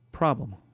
problem